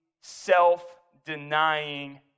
self-denying